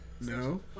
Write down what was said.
No